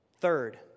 Third